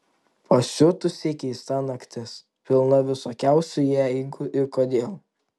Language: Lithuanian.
pasiutusiai keista naktis pilna visokiausių jeigu ir kodėl